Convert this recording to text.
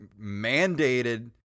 mandated